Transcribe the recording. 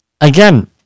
again